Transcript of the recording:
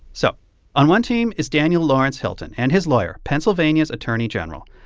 so on one team is daniel lawrence hilton and his lawyer, pennsylvania's attorney general.